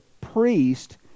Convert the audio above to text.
priest